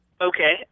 Okay